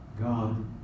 God